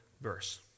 verse